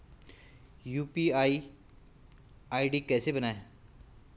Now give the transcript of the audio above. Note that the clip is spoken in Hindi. यु.पी.आई आई.डी कैसे बनायें?